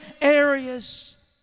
areas